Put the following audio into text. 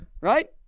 Right